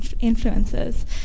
influences